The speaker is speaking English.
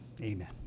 Amen